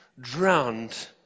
drowned